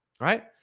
right